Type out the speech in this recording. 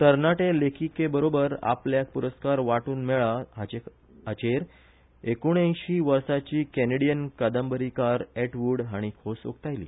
तरनाटे लेखिकेबरोबर आपल्याक पुरस्कार वाटून मेळ्ळा हाचेर एकोणऐशी वर्साची कॅनडियन कादंबरीकार एटवुड हाणी खोस उक्तायली